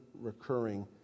recurring